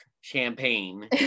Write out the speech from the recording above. champagne